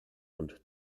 und